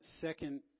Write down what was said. second